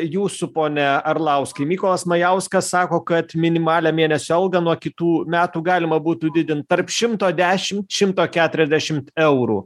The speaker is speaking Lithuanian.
jūsų pone arlauskai mykolas majauskas sako kad minimalią mėnesio algą nuo kitų metų galima būtų didin tarp šimto dešim šimto keturiasdešimt eurų